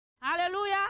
Hallelujah